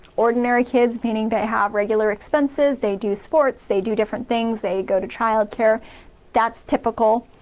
ordinary kids, meaning they have regular expenses they do sports, they do different things, they go to childcare that's typical,